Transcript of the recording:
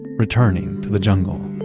returning to the jungle